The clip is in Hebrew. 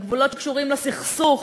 לגבולות שקשורים לסכסוך,